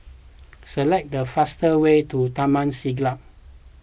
select the fastest way to Taman Siglap